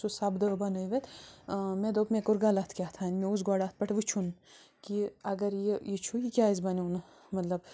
سُہ سبدیو بَنٲوِتھ مےٚ دوٚپ مےٚ کوٚر غلط کیتھٲنۍ مےٚ اوس گۄدٕ اَتھ پٮ۪ٹھ وٕچھُن کہِ اگر یہِ یہِ چھُ یہِ کیٛازِ بنیٚو نہٕ مطلب